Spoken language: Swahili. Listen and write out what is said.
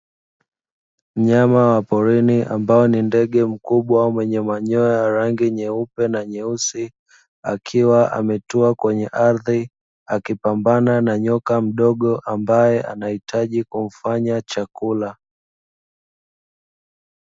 Mnyama wa porini, ambaye ni ndege mkubwa mwenye manyoya ya rangi nyeupe na nyeusi, akiwa ametua kwenye ardhi, akipambana na nyoka mdogo ambaye anahitaji kumfanya chakula.